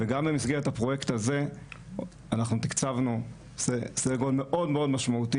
וגם במסגרת הפרויקט הזה אנחנו תקצבנו סדר גודל מאוד משמעותי